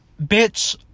Bitch